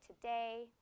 today